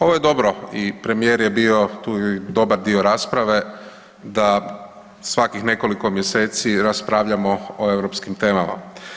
Ovo je dobro i premijer je bio tu dobar dio rasprave da svakih nekoliko mjeseci raspravljamo o europskim temama.